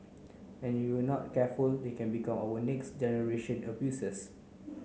and you are not careful they can become our next generation of abusers